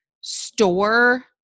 store